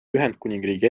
ühendkuningriigi